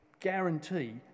Guarantee